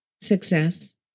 success